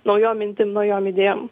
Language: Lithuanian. naujom mintim naujom idėjom